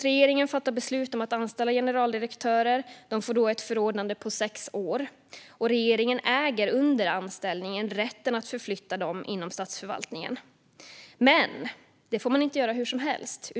Regeringen fattar beslut om att anställa generaldirektörer. Dessa får ett förordnande på sex år, och regeringen äger under anställningen rätten att förflytta dem inom statsförvaltningen. Men detta får man inte göra hur som helst.